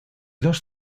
dos